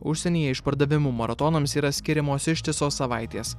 užsienyje išpardavimų maratonams yra skiriamos ištisos savaitės